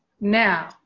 now